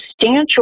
substantial